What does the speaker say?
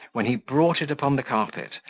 when he brought it upon the carpet,